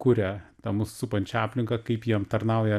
kuria tą mus supančią aplinką kaip jiem tarnauja